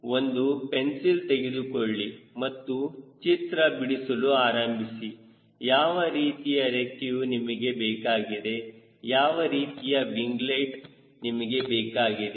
ಒಂದು ಪೆನ್ಸಿಲ್ ತೆಗೆದುಕೊಳ್ಳಿ ಮತ್ತು ಚಿತ್ರ ಬಿಡಿಸಲು ಆರಂಭಿಸಿ ಯಾವ ರೀತಿಯ ರೆಕ್ಕೆಯು ನಿಮಗೆ ಬೇಕಾಗಿದೆ ಯಾವ ರೀತಿಯ ವಿಂಗ್ಲೆಟ್ ನಿಮಗೆ ಬೇಕಾಗಿದೆ